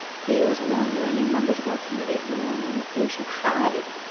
he was wondering and members of our community have been wondering if they should hide.